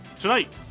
Tonight